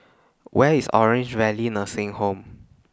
Where IS Orange Valley Nursing Home